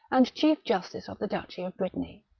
and chief justice of the duchy of brittany.